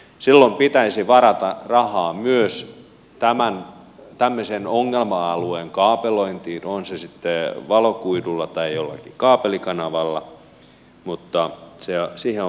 silloin pitäisi varata rahaa myös tämmöisen ongelma alueen kaapelointiin on se sitten valokuidulla tai jollakin kaapelikanavalla siihen on varauduttava